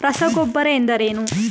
ರಸಗೊಬ್ಬರ ಎಂದರೇನು?